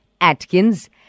Atkins